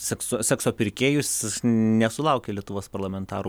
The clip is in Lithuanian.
sekso sekso pirkėjus nesulaukia lietuvos parlamentarų